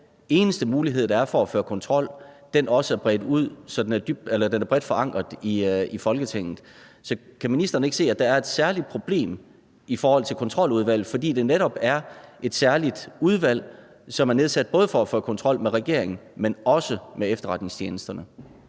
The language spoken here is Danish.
den eneste mulighed, der er for at føre kontrol, også er bredt ud, så den er bredt forankret i Folketinget. Så kan ministeren ikke se, at der er et særligt problem i forhold til Kontroludvalget, fordi det netop er et særligt udvalg, som er nedsat både for at føre kontrol med regeringen, men også med efterretningstjenesterne?